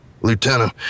Lieutenant